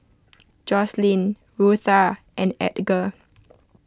Joslyn Rutha and Edgar